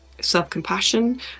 self-compassion